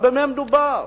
במה מדובר?